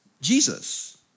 Jesus